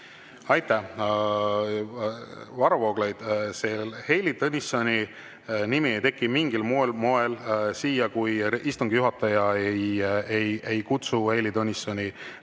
Aitäh! Varro Vooglaid, Heili Tõnissoni nimi ei tekiks mingil moel siia, kui istungi juhataja ei kutsuks Heili Tõnissoni